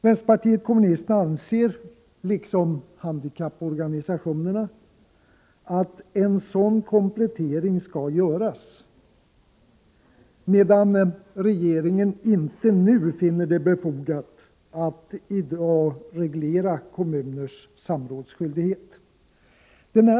Vänsterpartiet kommunisterna anser, liksom handikapporganisationerna, att en sådan komplettering skall göras, medan regeringen inte nu finner det befogat att reglera kommuners samrådsskyldighet.